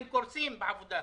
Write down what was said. הם קורסים בעבודה,